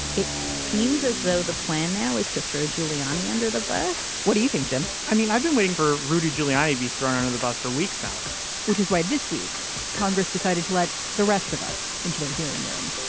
it seems as though the plan now is to throw giuliani under the bus. what do you think jim i mean i've been waiting for rudy giuliani be thrown under the bus for weeks now which is why this week congress decided to let the rest of us into their hearing room